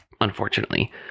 Unfortunately